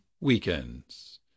weekends